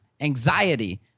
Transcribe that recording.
anxiety